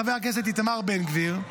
חבר הכנסת איתמר בן גביר,